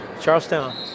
Charlestown